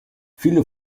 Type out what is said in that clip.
viele